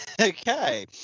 okay